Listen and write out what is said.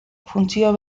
funtzio